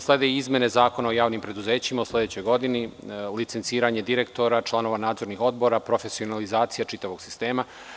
Slede izmene Zakona o javnim preduzećima u sledećoj godini, licenciranje direktora, članova nadzornih odbora, profesionalizacija čitavog sistema.